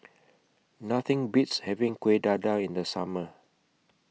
Nothing Beats having Kueh Dadar in The Summer